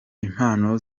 impano